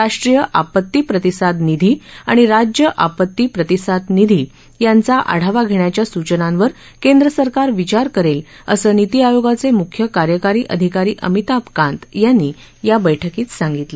राष्ट्रीय आपत्ती प्रतिसाद निधी आणि राज्य आपत्ती प्रतिसाद निधी यांच्या आढावा घेण्याच्या सूचनांवर केंद्रसरकार विचार करेल असं नीती आयोगाचे मुख्य कार्यकारी अधिकारी अमिताभ कांत यांनी यावेळी सांगितलं